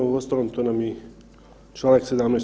Uostalom to nam i čl. 17.